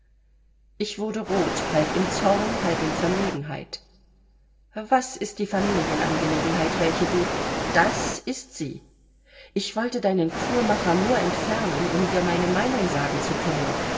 ich wurde rot halb in zorn halb in verlegenheit was ist die familienangelegenheit welche du das ist sie ich wollte deinen courmacher nur entfernen um dir meine meinung sagen zu können